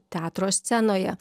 teatro scenoje